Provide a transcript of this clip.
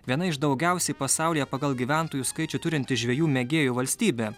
viena iš daugiausiai pasaulyje pagal gyventojų skaičių turinti žvejų mėgėjų valstybė